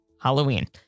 Halloween